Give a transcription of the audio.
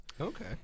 Okay